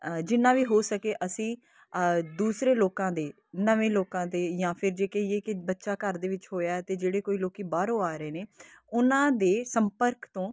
ਜਿੰਨਾ ਵੀ ਹੋ ਸਕੇ ਅਸੀਂ ਦੂਸਰੇ ਲੋਕਾਂ ਦੇ ਨਵੇਂ ਲੋਕਾਂ ਦੇ ਜਾਂ ਫਿਰ ਜੇ ਕਹੀਏ ਕਿ ਬੱਚਾ ਘਰ ਦੇ ਵਿੱਚ ਹੋਇਆ ਅਤੇ ਜਿਹੜੇ ਕੋਈ ਲੋਕ ਬਾਹਰੋਂ ਆ ਰਹੇ ਨੇ ਉਹਨਾਂ ਦੇ ਸੰਪਰਕ ਤੋਂ